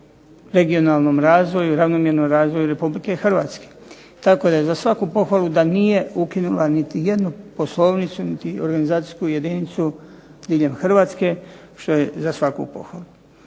regionalnom razvoju i ravnomjernom razvoju RH. Tako da je za svaku pohvalu da nije ukinula niti jednu poslovnicu, niti organizacijsku jedincu diljem Hrvatske, što je za svaku pohvalu.